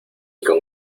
con